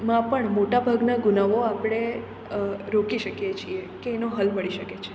માં પણ મોટા ભાગના ગુનાઓ આપણે રોકી શકીએ છીએ કે એનો હલ મળી શકે છે